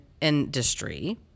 industry